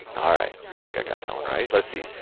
ah right. i think i got that one right. let's see.